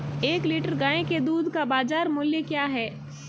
एक लीटर गाय के दूध का बाज़ार मूल्य क्या है?